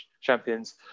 champions